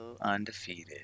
undefeated